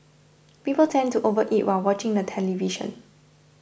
people tend to overeat while watching the television